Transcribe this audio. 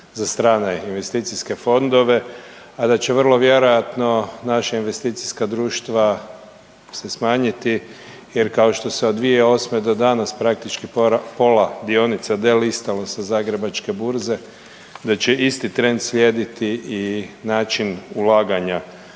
za strane investicijske fondove, a da će vrlo vjerojatno naša investicijska društva se smanjiti jer kao što se odvija od '08. do danas praktički pola dionica …/Govornik se ne razumije/…sa Zagrebačke burze da će isti trend slijediti i način ulaganja?